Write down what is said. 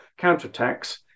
counterattacks